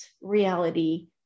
reality